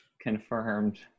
Confirmed